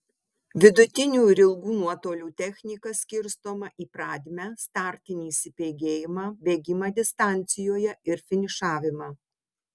vidutinių ir ilgų nuotolių technika skirstoma į pradmę startinį įsibėgėjimą bėgimą distancijoje ir finišavimą